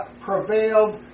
prevailed